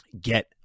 get